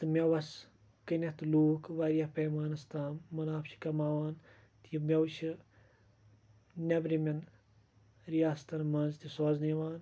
تہٕ میٚوَس کٕنیٚتھ لوٗکھ واریاہ پَیمانَس تام مُنافعہٕ چھِ کماوان تہٕ یِم میوٕ چھِ نیٚبرِمیٚن رِیاستَن منٛز تہِ سوزنہٕ یِوان